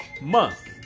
month